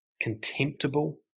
contemptible